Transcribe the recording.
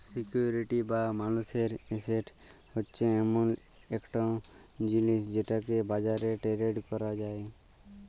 security বা মালুসের asset হছে এমল ইকট জিলিস যেটকে বাজারে টেরেড ক্যরা যায়